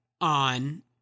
on